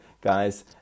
guys